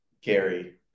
Gary